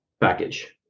package